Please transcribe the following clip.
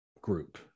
group